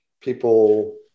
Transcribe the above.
people